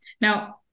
Now